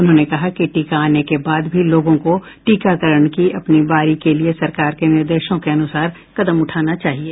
उन्होंने कहा कि टीका आने के बाद भी लोगों को टीकाकरण की अपनी बारी के लिए सरकार के निर्देशों के अनुसार कदम उठाना चाहिए